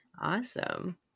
Awesome